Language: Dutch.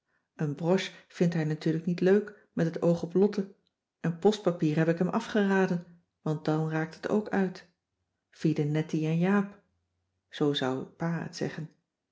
een broche vindt hij natuurlijk niet leuk met het oog op lotte en postpapier heb ik hem afgeraden want dan raakt het ook uit vide netty en jaap zoo zou pa het zeggen